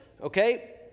okay